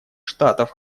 штатов